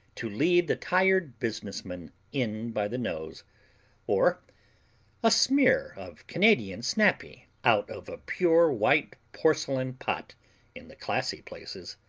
to lead the tired businessman in by the nose or a smear of canadian snappy out of a pure white porcelain pot in the classy places,